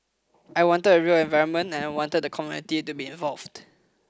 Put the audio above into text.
I wanted a real environment and I wanted the community to be involved